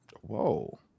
Whoa